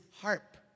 harp